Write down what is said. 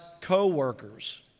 co-workers